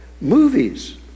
Movies